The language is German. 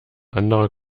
anderer